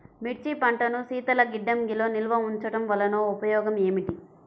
మిర్చి పంటను శీతల గిడ్డంగిలో నిల్వ ఉంచటం వలన ఉపయోగం ఏమిటి?